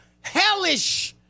hellish